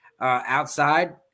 outside